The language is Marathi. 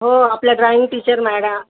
हो आपल्या ड्रॉईंग टीचर मॅडा